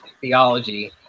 theology